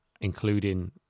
including